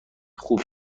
خوب